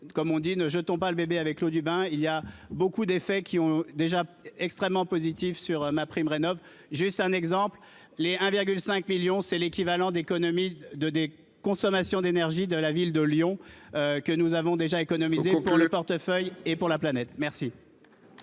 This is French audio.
comme on dit, ne jetons pas le bébé avec l'eau du bain il y a beaucoup d'effets qui ont déjà extrêmement positif sur MaPrimeRénov'juste un exemple, l'et 1 virgule 5 millions, c'est l'équivalent d'économie de des consommations d'énergie, de la ville de Lyon que nous avons déjà économisé pour le portefeuille et pour la planète, merci.